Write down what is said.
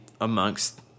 amongst